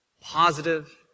positive